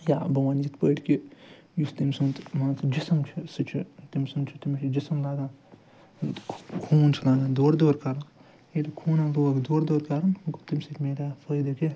یا بہٕ ونہٕ یِتھ پٲٹھۍ کہِ یُس تٔمۍ سُنٛد مان ژٕ جِسٕم چھُ سُہ چھُ تٔمۍ سُنٛد چھُ تٔمِس چھُ جسٕم لاگان خوٗن چھُ لاگان دورٕ دورٕ کَرُن ییٚلہِ خوٗنن لوگ دورٕ دورٕ کَرُن گوٚو تَمہِ سۭتۍ میلیٛاو فٲیدٕ